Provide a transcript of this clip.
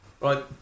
Right